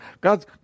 God